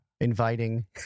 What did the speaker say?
inviting